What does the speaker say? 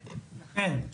כן.